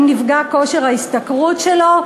אם נפגע כושר ההשתכרות שלו,